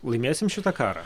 laimėsim šitą karą